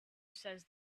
says